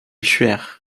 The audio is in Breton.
skuizh